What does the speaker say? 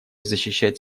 защищать